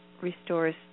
restores